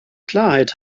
klarheit